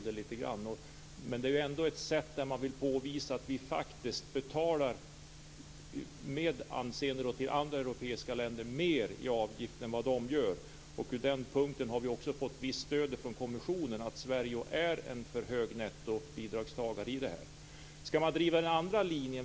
Det är ändå ett sätt att påvisa att vi betalar jämfört med andra europeiska länder mer i avgift än de. På den punkten har vi fått visst stöd från kommissionen, dvs. Sverige ger ett för högt nettobidrag.